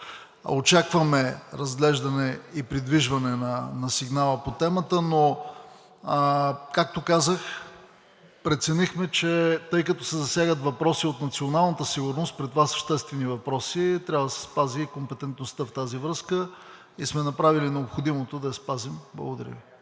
Очакваме разглеждане и придвижване на сигнала по темата, но, както казах, преценихме, че тъй като се засягат въпроси от националната сигурност – при това съществени въпроси, трябва да се спази компетентността в тази връзка и сме направили необходимото да я спазим. Благодаря Ви.